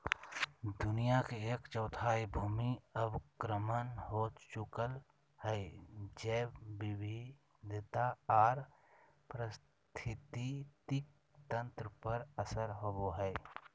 दुनिया के एक चौथाई भूमि अवक्रमण हो चुकल हई, जैव विविधता आर पारिस्थितिक तंत्र पर असर होवई हई